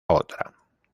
otra